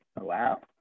Wow